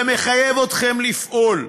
זה מחייב אתכם לפעול.